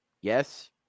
Yes